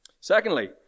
Secondly